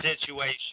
situation